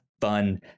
fun